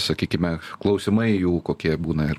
sakykime klausimai jų kokie būna ir